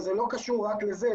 אבל זה לא קשור רק לזה.